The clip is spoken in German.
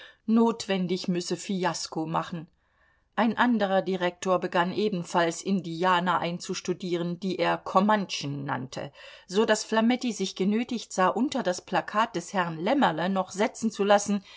notwendig müsse fiasko machen ein andrer direktor begann ebenfalls indianer einzustudieren die er komantschen nannte so daß flametti sich genötigt sah unter das plakat des herrn lemmerle noch setzen zu lassen